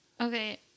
Okay